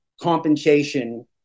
compensation